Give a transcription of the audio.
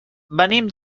venim